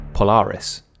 Polaris